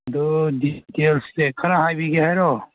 ꯑꯗꯨ ꯗꯤꯇꯦꯜꯁꯁꯦ ꯈꯔ ꯍꯥꯏꯕꯤꯒꯦ ꯍꯥꯏꯔꯣ